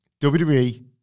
WWE